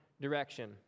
direction